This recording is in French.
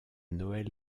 noël